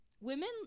women